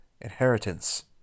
inheritance